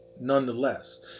nonetheless